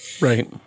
Right